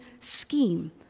scheme